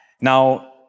Now